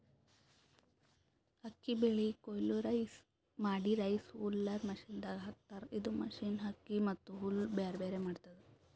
ಅಕ್ಕಿ ಬೆಳಿ ಕೊಯ್ಲಿ ಮಾಡಿ ರೈಸ್ ಹುಲ್ಲರ್ ಮಷಿನದಾಗ್ ಹಾಕ್ತಾರ್ ಇದು ಮಷಿನ್ ಅಕ್ಕಿ ಮತ್ತ್ ಹುಲ್ಲ್ ಬ್ಯಾರ್ಬ್ಯಾರೆ ಮಾಡ್ತದ್